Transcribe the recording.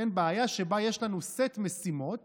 בעיה שבה יש לנו סט משימות